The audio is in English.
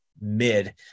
mid